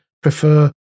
prefer